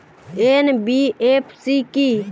NBFC কী?